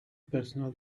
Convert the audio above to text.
personal